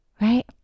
right